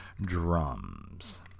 drums